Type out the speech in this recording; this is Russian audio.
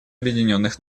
объединенных